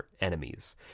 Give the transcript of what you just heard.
enemies